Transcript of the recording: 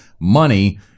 money